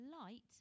light